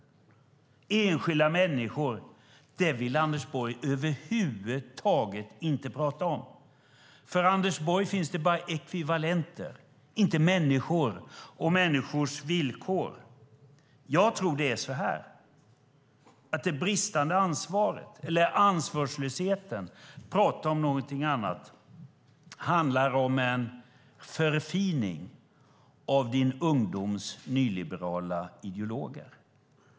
Men om detta och om enskilda människor vill Anders Borg över huvud taget inte prata. För Anders Borg finns det bara ekvivalenter, inte människor och människors villkor. Jag tror att det är så här att det bristande ansvaret, ansvarslösheten och att prata om någonting annat handlar om en förfining av Anders Borgs nyliberala ideologi i ungdomen.